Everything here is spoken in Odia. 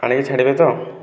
ଆଣିକି ଛାଡ଼ିବେ ତ